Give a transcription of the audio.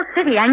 City